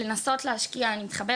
בנוסף אני אגיד שאנחנו חייבים,